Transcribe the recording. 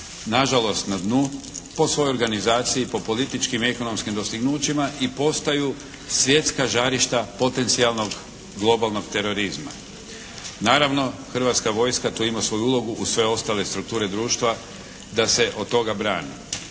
nažalost na dnu po svojoj organizaciji po političkim ekonomskim dostignućima i postaju svjetska žarišta potencijalnog globalnog terorizma. Naravno hrvatska vojska ima tu svoju ulogu u sve otale strukture društva da se od toga brani.